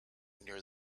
near